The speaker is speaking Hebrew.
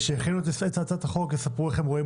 הם הכינו את הצעת החוק ויספרו איך הם רואים